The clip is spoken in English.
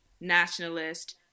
nationalist